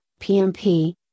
PMP